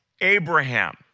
Abraham